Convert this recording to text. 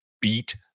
beat